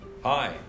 Hi